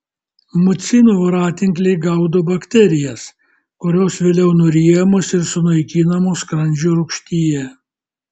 mucinų voratinkliai gaudo bakterijas kurios vėliau nuryjamos ir sunaikinamos skrandžio rūgštyje